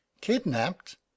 kidnapped